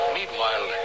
Meanwhile